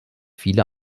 viele